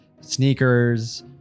sneakers